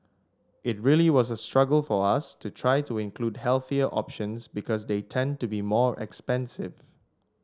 it really was a struggle for us to try to include healthier options because they tend to be more expensive